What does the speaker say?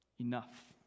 Enough